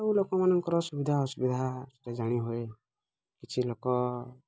ସବୁ ଲୋକମାନଙ୍କର ସୁବିଧା ଅସୁବିଧା ସେଟା ଜାଣି ହୁଏ କିଛି ଲୋକ